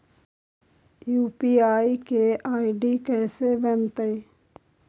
UPI के ID कैसे बनतई?